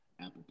Apple